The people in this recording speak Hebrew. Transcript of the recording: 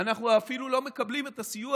אנחנו אפילו כבר לא מקבלים את הסיוע